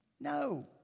No